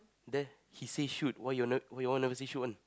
there he say shoot why you're why you all never say shoot one